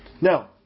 Now